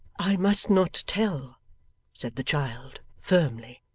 i must not tell said the child firmly.